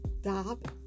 stop